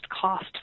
cost